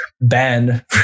ban